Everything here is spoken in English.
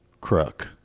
crook